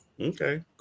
Okay